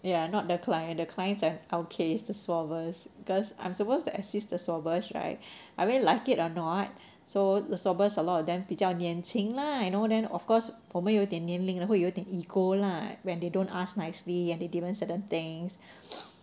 ya not the client the clients have out cased the swabbers because I'm supposed to assist the swabbers right I mean like it or not so the swabbers a lot of them 比较年轻 lah you know then of course 我们有点年龄会有点 ego lah when they don't ask nicely and they didn't do certain things